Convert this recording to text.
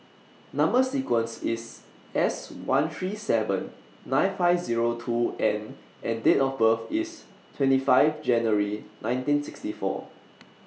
Number sequence IS S one three seven nine five Zero two N and Date of birth IS twenty five January nineteen sixty four